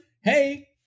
hey